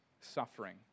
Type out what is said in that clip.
Suffering